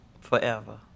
Forever